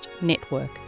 Network